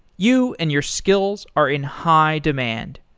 you and your skills are in high demand.